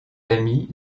amis